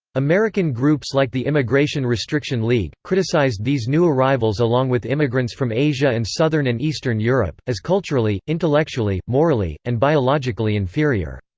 american groups like the immigration restriction league, criticized these new arrivals along with immigrants from asia and southern and eastern europe, as culturally, intellectually, morally, and biologically inferior.